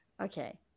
Okay